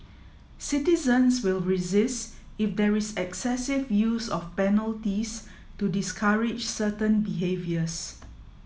citizens will resist if there is excessive use of penalties to discourage certain behaviours